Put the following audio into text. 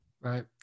Right